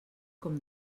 com